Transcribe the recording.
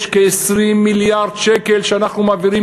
יש כ-20 מיליארד שקל שאנחנו מעבירים